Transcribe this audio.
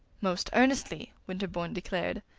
most earnestly, winterbourne declared.